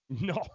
No